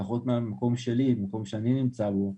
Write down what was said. לפחות מהמקום שאני נמצא בו,